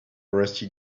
rusty